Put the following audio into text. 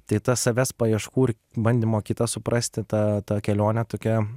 tai tas savęs paieškų ir bandymo kitą suprasti ta kelionė tokia